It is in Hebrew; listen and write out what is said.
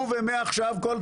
הוא וכל צאצאיו.